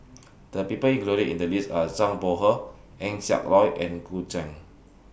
The People included in The list Are Zhang Bohe Eng Siak Loy and Gu Juan